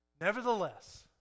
Nevertheless